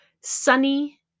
sunny